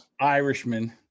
Irishman